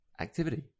activity